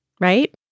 Right